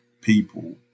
people